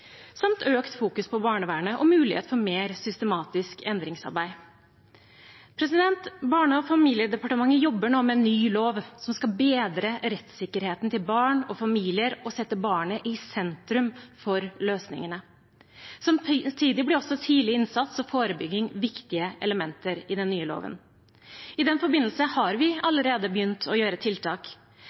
samt økt fokus på barnevernet og mulighet for et mer systematisk endringsarbeid. Barne- og familiedepartementet jobber nå med en ny lov som skal bedre rettssikkerheten til barn og familier og sette barnet i sentrum for løsningene. Samtidig blir også tidlig innsats og forebygging viktige elementer i den nye loven. I den forbindelse har vi allerede begynt å sette inn tiltak.